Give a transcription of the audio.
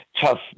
tough